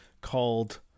called